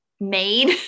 made